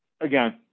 again